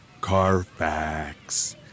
Carfax